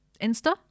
insta